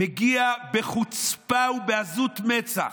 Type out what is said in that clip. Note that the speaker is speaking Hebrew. מגיע בחוצפה ובעזות מצח,